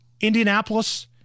Indianapolis